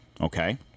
Okay